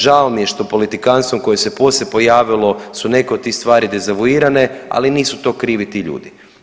Žao mi je što politikanstvo koje se poslije pojavilo su neke od tih stvari dezavuirane, ali nisu to krivi ti ljudi.